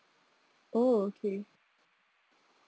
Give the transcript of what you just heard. oh okay